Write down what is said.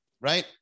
Right